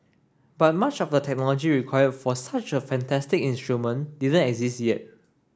but much of the technology required for such a fantastic instrument didn't exist yet